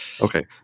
Okay